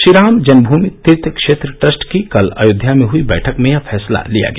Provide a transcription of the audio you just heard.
श्रीराम जन्मूमि तीर्थ क्षेत्र ट्रस्ट की कल अयोध्या में हई बैठक में यह फैसला लिया गया